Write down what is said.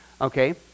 okay